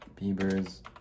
Bieber's